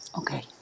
Okay